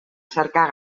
cercar